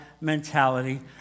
mentality